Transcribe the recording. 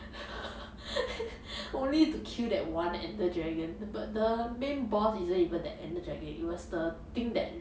only to kill that one ender dragon the but the main boss isn't even the ender dragon it was the thing that